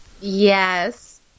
Yes